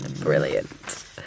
Brilliant